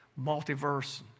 multiverse